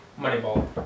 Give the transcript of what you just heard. Moneyball